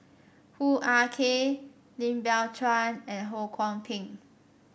Hoo Ah Kay Lim Biow Chuan and Ho Kwon Ping